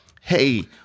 hey